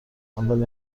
اولین